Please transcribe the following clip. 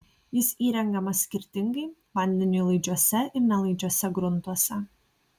jis įrengiamas skirtingai vandeniui laidžiuose ir nelaidžiuose gruntuose